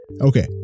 okay